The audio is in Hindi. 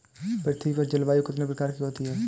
पृथ्वी पर जलवायु कितने प्रकार की होती है?